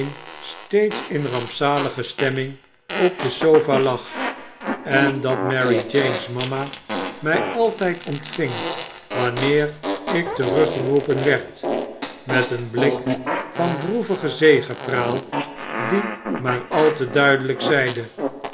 steeds in rampzalige stemming op de sofa lag en dat marie jane's rmima my altyd ontving wanneer ik teruggeroepen werd met een blik van droevige zegepraal die maar al te duidelyk zeide